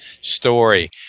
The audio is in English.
story